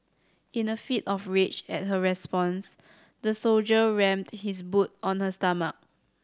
in a fit of rage at her response the soldier rammed his boot on her stomach